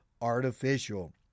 artificial